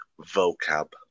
vocab